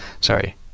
sorry